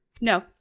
no